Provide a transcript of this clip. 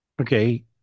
Okay